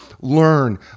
learn